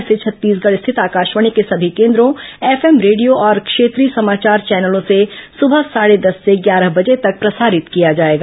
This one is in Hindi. इसे छत्तीसगढ़ स्थित आकाशवाणी के सभी केंद्रों एफएम रेडियो और क्षेत्रीय समाचार चैनलों से सुबह साढ़े दस से ग्यारह बजे तक प्रसारित किया जाएगा